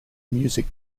music